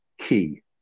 key